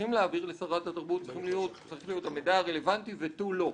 צריכים להעביר לשרת התרבות צריך להיות המידע הרלוונטי ותו לא.